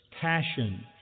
passion